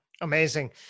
Amazing